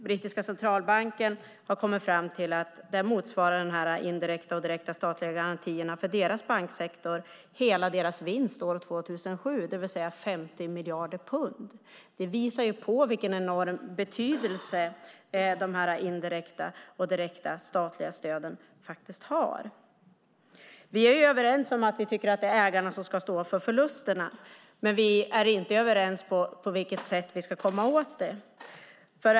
Brittiska centralbanken har kommit fram till att de indirekta och direkta statliga garantierna för banksektorn motsvarar hela vinsten 2007, det vill säga 50 miljarder pund. Det visar vilken enorm betydelse de indirekta och direkta statliga stöden har. Vi är överens om att ägarna ska stå för förlusterna, men vi är inte överens om hur det ska gå till.